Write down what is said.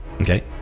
Okay